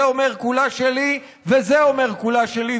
זה אומר כולה שלי וזה אומר כולה שלי",